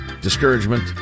discouragement